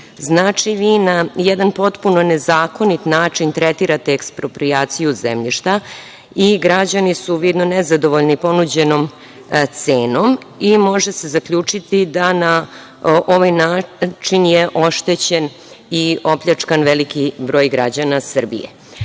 vi na jedan potpuno nezakonit način tretirate eksproprijaciju zemljišta i građani su vidno nezadovoljni ponuđenom cenom i može se zaključiti da na ovaj način je oštećen i opljačkan veliki broj građana Srbije. Zatim,